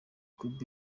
cube